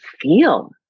feel